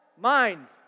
Minds